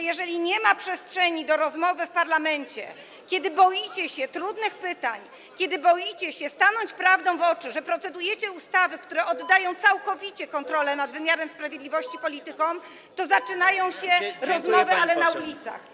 Jeżeli nie ma przestrzeni do rozmowy w parlamencie, kiedy boicie się trudnych pytań, kiedy boicie się spojrzeć prawdzie w oczy, że procedujecie ustawy, które oddają całkowicie kontrolę nad wymiarem sprawiedliwości politykom, to zaczynają się rozmowy, ale na ulicach.